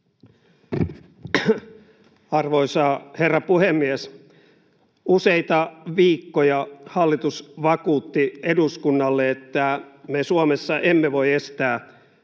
Arvoisa herra puhemies! Useita viikkoja hallitus vakuutti eduskunnalle, että me Suomessa emme voi estää